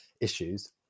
issues